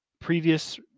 previous